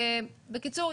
בקיצור,